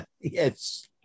Yes